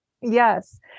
Yes